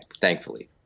thankfully